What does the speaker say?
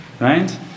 right